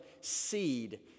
seed